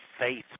faith